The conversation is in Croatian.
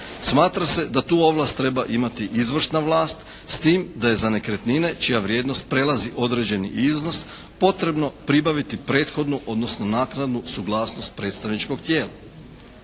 Smatra se da tu ovlast treba imati izvršna vlast s tim da je za nekretnine čija vrijednost prelazi određeni iznos potrebno pribaviti prethodnu, odnosno naknadnu suglasnost predstavničkog tijela.